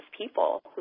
people